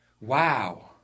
Wow